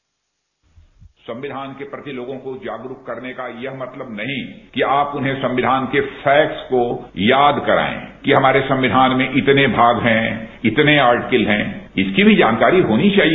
bite संविधान के प्रति तोगों को जागरूक करने का यह मतलब नहीं कि आप उन्हें संविधान के फैक्स को याद कराएं कि हमारे संविधान में इतने भाग हैं इतने आर्टिकल हैं इसकी भी जानकारी होनी चाहिए